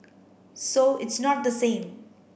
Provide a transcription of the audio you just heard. so it's not the same